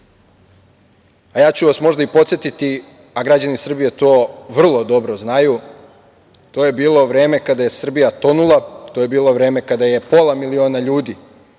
a ja ću vas možda i podsetiti, a građani Srbije to vrlo dobro znaju, to je bilo vreme kada je Srbija tonula, to je bilo vreme kada je pola miliona ljudi